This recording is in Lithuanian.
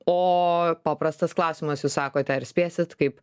o paprastas klausimas jūs sakote ar spėsit kaip